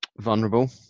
vulnerable